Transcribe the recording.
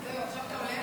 רבותיי חברי